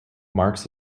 marks